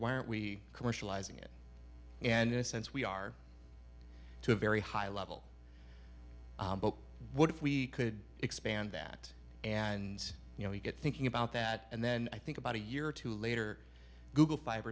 why aren't we commercializing it and in a sense we are to a very high level but what if we could expand that and you know you get thinking about that and then i think about a year or two later google fi